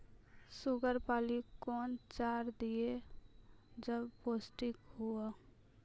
Sugar पाली कौन चार दिय जब पोस्टिक हुआ?